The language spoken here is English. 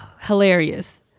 hilarious